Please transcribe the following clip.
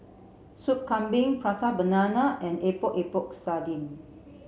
Sup Kambing Prata Banana and Epok Epok Sardin